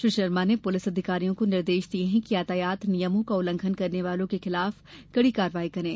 श्री शर्मा ने पुलिस अधिकारियों को निर्देश दिए हैं कि यातायात नियमों का उल्लंघन करने वालों के खिलाफ कड़ी कार्रवाई करें